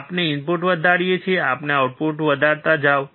આપણે ઇનપુટ વધારીએ છીએ આપણે આઉટપુટ વધારતા જાઓ